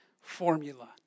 formula